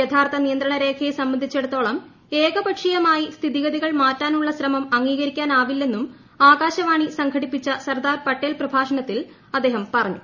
യഥാർത്ഥ നിയന്ത്രണ രേഖയെ സംബന്ധിച്ചിടത്തോളം ഏകപക്ഷീയമായി സ്ഥിതിഗതികൾ മാറ്റാനുള്ള ശ്രമം അംഗീകരിക്കാ നാവില്ലെ ന്നും ആകാശവാണി സംഘടിപ്പിച്ച സർദാർ പട്ടേൽ പ്രഭാഷണത്തിൽ അദ്ദേഹം പറഞ്ഞു